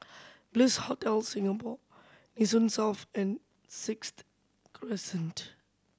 Bliss Hotel Singapore Nee Soon and Sixth Crescent